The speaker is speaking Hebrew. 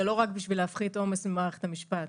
זה לא רק בשביל להפחית עומס ממערכת המשפט,